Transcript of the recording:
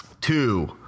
Two